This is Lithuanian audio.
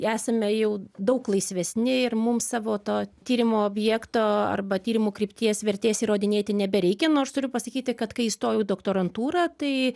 esame jau daug laisvesni ir mums savo to tyrimo objekto arba tyrimų krypties vertės įrodinėti nebereikia nors turiu pasakyti kad kai įstojau į doktorantūrą tai